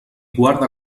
guarda